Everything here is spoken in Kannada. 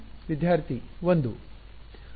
ವಿದ್ಯಾರ್ಥಿ 1